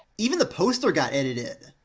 even the poster got edited!